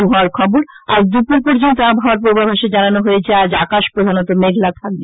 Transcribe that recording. আবহাওয়া আজ দুপুর পর্যন্ত আবহাওয়ার পূর্বাভাসে জানানো হয়েছে আজ আকাশ প্রধানত মেঘলা থাকবে